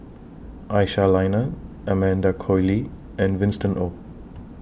Aisyah Lyana Amanda Koe Lee and Winston Oh